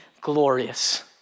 glorious